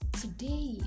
Today